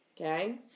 okay